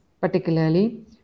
particularly